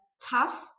tough